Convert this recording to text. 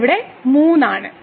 ഇത് ഇവിടെ 3 ആണ്